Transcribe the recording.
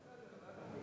בסדר.